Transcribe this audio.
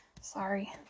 Sorry